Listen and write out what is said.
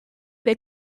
they